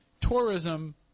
tourism